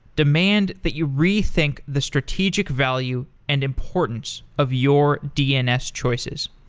demand that you rethink the strategic value and importance of your dns choices.